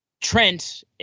Trent